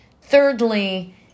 Thirdly